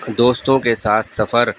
دوستوں کے ساتھ سفر